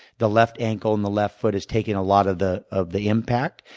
the left ankle and the left foot has taken a lot of the of the impact.